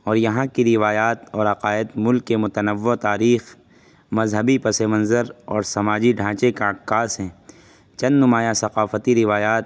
اور یہاں کی روایات اور عقائد ملک کے متنوع تاریخ مذہبی پس منظر اور سماجی ڈھانچے کا عکاس ہیں چند نمایاں ثقافتی روایات